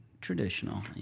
traditional